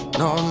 no